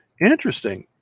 Interesting